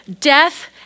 death